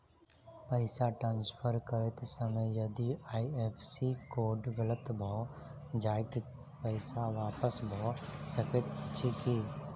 पैसा ट्रान्सफर करैत समय यदि आई.एफ.एस.सी कोड गलत भऽ जाय तऽ पैसा वापस भऽ सकैत अछि की?